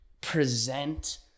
present